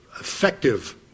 effective